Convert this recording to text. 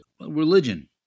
religion